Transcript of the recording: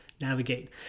navigate